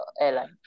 airline